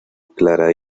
clara